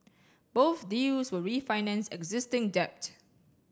both deals will refinance existing debt